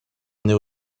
néo